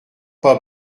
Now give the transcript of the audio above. pas